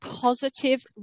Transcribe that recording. positive